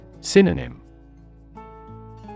Synonym